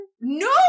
No